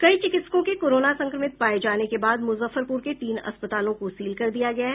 कई चिकित्सकों के कोरोना संक्रमित पाये जाने के बाद मुजफ्फरपुर के तीन अस्पतालों को सील कर दिया गया है